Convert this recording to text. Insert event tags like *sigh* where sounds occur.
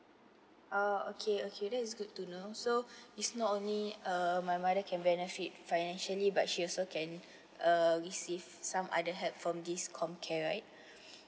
ah okay okay that's good to know so it's not only uh my mother can benefit financially but she's also can uh we receive some other help from this com care right *breath*